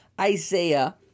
Isaiah